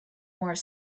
more